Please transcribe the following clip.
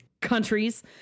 countries